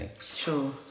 Sure